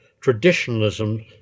traditionalism